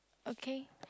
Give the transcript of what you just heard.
okay